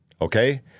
okay